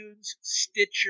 Stitcher